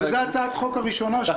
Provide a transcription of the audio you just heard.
וזו הצעת החוק הראשונה שאתם מעלים בוועדה.